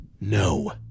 No